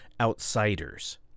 outsiders